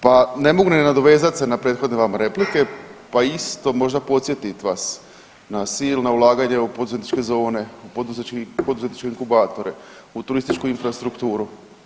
Pa ne mognem se nadovezat na prethodne vam replike, pa isto možda podsjetit vas na silna ulaganja u poduzetničke zone, poduzetničke inkubatore, u turističku infrastrukturu.